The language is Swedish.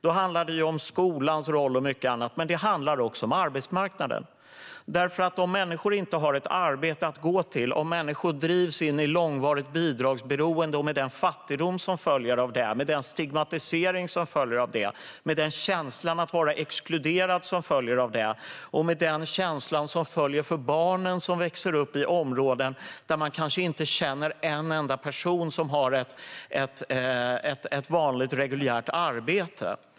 Det handlar om skolans roll och mycket annat, men det handlar också om arbetsmarknaden. Om människor inte har ett arbete att gå till utan drivs in i långvarigt bidragsberoende leder det till fattigdom, stigmatisering och en känsla att vara exkluderad. Barn kan växa upp i områden där de kanske inte känner en enda person som har ett vanligt reguljärt arbete.